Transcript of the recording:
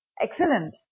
Excellent